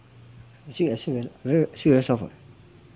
you say I I speak very speak very soft [what]